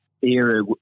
era